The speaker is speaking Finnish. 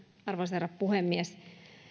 arvoisa herra puhemies